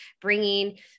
bringing